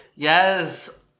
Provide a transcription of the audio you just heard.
Yes